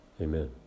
Amen